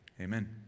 Amen